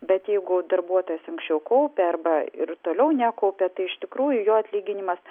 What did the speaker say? bet jeigu darbuotojas anksčiau kaupė arba ir toliau nekaupia tai iš tikrųjų jo atlyginimas